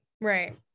Right